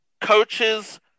coaches